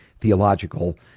theological